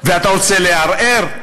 אתה רוצה לערער,